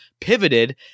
pivoted